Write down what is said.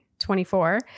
24